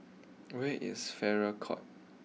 where is Farrer court